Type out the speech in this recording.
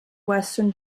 western